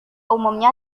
umumnya